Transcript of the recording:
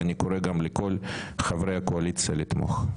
ואני קורא גם לכל חברי הקואליציה לתמוך.